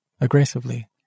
aggressively